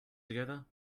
together